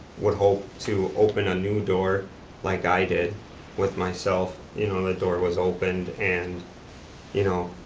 would hope to open a new door like i did with myself, you know the door was opened, and you know